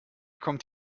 kommt